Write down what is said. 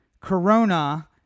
corona